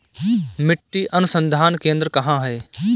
मिट्टी अनुसंधान केंद्र कहाँ है?